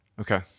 okay